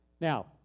Now